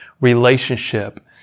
relationship